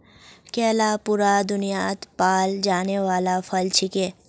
केला पूरा दुन्यात पाल जाने वाला फल छिके